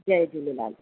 Jay Jhulelal